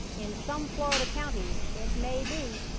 in some florida counties, it may be.